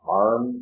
arm